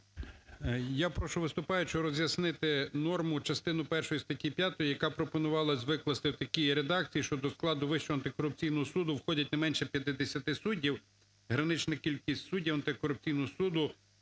Я прошу виступаючого роз'яснити норму частини першої статті 5, яка пропонувала викласти в такій редакції, що до складу Вищого антикорупційного суду входять не менше 50 суддів. Гранична кількість суддів антикорупційного суду